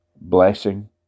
blessing